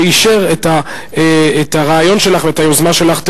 שאישר את הרעיון שלך ואת היוזמה שלך.